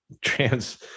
trans